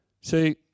See